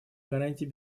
гарантий